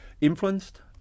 influenced